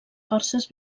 forces